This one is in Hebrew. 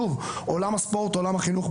שוב, עולם הספורט, עולם החינוך.